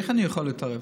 איך אני יכול להתערב?